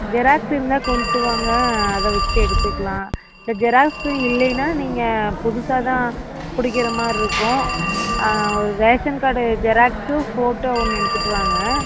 xerox இருந்தால் கொண்டு வாங்க அதை வச்சே எடுத்துக்கலாம் இந்த ஜெராக்ஸும் இல்லைன்னால் நீங்கள் புதுசாகதான் பிடிக்கிற மாதிரி இருக்கும் ஒரு ரேஷன் கார்ட் ஜெராக்ஸும் ஃபோட்டோ ஒன்று எடுத்துகிட்டு வாங்க